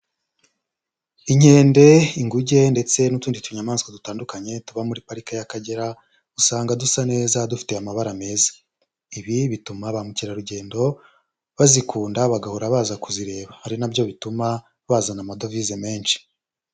Inkende, inguge ndetse n'utundi tunyamaswa dutandukanye tuba muri parike y'Akagera, usanga dusa neza dufite amabara meza, ibi bituma ba mukerarugendo bazikunda bagahora baza kuzireba, ari nabyo bituma bazana amadovize menshi.